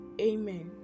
Amen